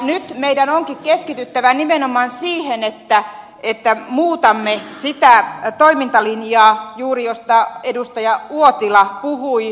nyt meidän onkin keskityttävä nimenomaan siihen että muutamme juuri sitä toimintalinjaa mistä edustaja uotila puhui